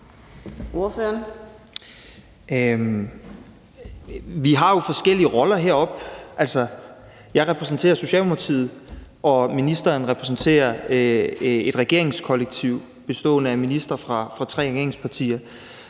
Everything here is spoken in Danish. Vi har jo forskellige roller heroppe. Jeg repræsenterer Socialdemokratiet, og ministeren repræsenterer et regeringskollektiv bestående af ministre fra tre regeringspartier.